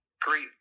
Great